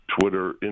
Twitter